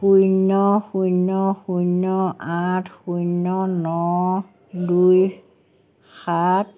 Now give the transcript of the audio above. শূন্য শূন্য শূন্য আঠ শূন্য ন দুই সাত